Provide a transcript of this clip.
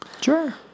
Sure